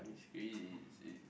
crazy it's